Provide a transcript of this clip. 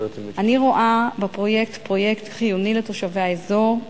אני רואה בפרויקט פרויקט חיוני לתושבי האזור,